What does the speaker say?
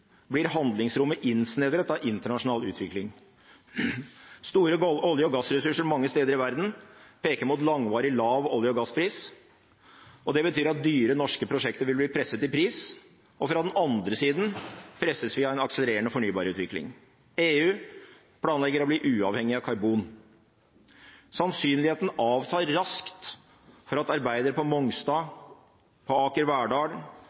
blir handlingsrommet innsnevret av internasjonal utvikling. Store olje- og gassressurser mange steder i verden peker mot langvarig lav olje- og gasspris. Det betyr at dyre norske prosjekter vil bli presset i pris, og fra den andre siden presses vi av en akselererende fornybarutvikling. EU planlegger å bli uavhengig av karbon. Sannsynligheten avtar raskt for at arbeidere på Mongstad, på Aker Verdal